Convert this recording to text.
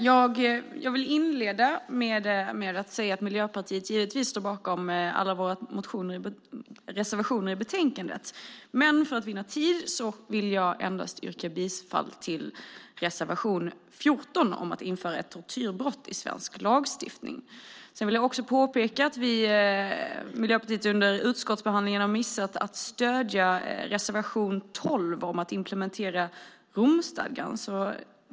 Herr talman! Miljöpartiet står givetvis bakom alla sina reservationer i betänkandet, men för att vinna tid yrkar jag bifall endast till reservation 14 om att införa ett tortyrbrott i svensk lagstiftning. Under utskottsbehandlingen missade Miljöpartiet att stödja reservation 12 om att implementera Romstadgan.